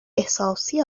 احساسی